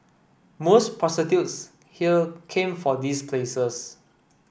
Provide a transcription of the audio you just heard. most prostitutes here came from these places